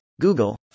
Google